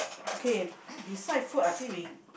okay beside food I think we